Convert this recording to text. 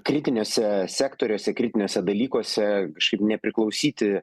kritiniuose sektoriuose kritiniuose dalykuose kažkaip nepriklausyti